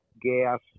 gas